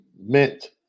meant